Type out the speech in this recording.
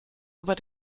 über